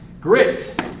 Grit